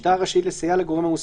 המשטרה רשאית לסייע לגורם המוסמך,